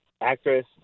actress